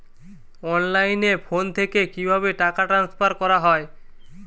অনলাইনে ফোন থেকে কিভাবে টাকা ট্রান্সফার করা হয়?